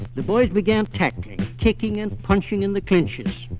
the boys began tackling, kicking, and punching in the clinches.